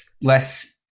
less